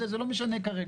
זה לא משנה כרגע,